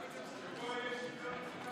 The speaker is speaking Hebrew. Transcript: ופה